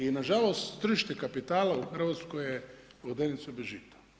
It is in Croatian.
I nažalost, tržište kapitala u Hrvatskoj je vodenica bez žita.